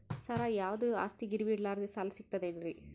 ಸರ, ಯಾವುದು ಆಸ್ತಿ ಗಿರವಿ ಇಡಲಾರದೆ ಸಾಲಾ ಸಿಗ್ತದೇನ್ರಿ?